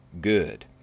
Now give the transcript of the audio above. good